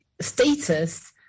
status